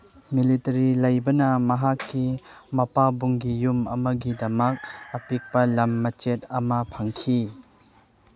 military ꯂꯩꯕꯅ ꯃꯍꯥꯛꯀꯤ ꯃꯄꯥꯕꯨꯡꯒꯤ ꯌꯨꯝ ꯑꯃꯒꯤꯗꯃꯛ ꯑꯄꯤꯛꯄ ꯂꯝ ꯃꯆꯦꯠ ꯑꯃ ꯐꯪꯈꯤ